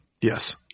Yes